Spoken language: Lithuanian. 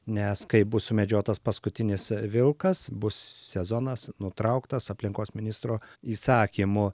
nes kai bus sumedžiotas paskutinis vilkas bus sezonas nutrauktas aplinkos ministro įsakymu